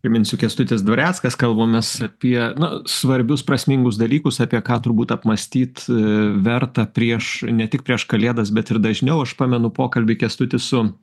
priminsiu kęstutis dvareckas kalbamės apie nu svarbius prasmingus dalykus apie ką turbūt apmąstyt verta prieš ne tik prieš kalėdas bet ir dažniau aš pamenu pokalbį kęstutis su